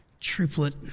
Triplet